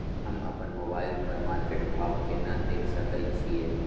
हम अपन मोबाइल पर मार्केट भाव केना देख सकै छिये?